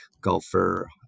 golfer